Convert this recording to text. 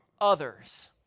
others